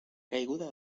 caiguda